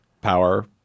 power